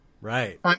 Right